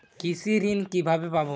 কৃষি ঋন কিভাবে পাব?